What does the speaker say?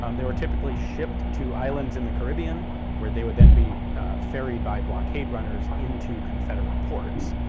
um they were typically shipped to islands in the caribbean where they would then be ferried by blockade runners into confederate ports.